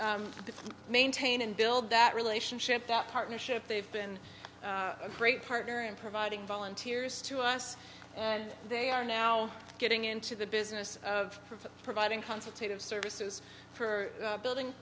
maintain and build that relationship that partnership they've been a great partner in providing volunteers to us and they are now getting into the business of providing constitutive services for building